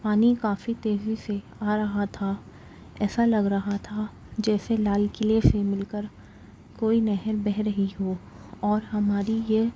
پانی کافی تیزی سے آرہا تھا ایسا لگ رہا تھا جیسے لال قلعے سے مل کر کوئی نہر بہہ رہی ہو اور ہماری یہ